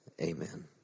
Amen